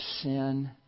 sin